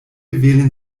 wählen